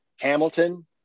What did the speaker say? Hamilton